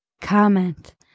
comment